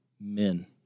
men